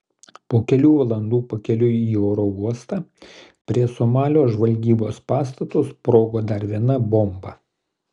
po kelių valandų pakeliui į oro uostą prie somalio žvalgybos pastato sprogo dar viena bomba